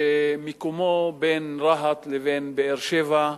שמיקומו בין רהט לבין באר-שבע.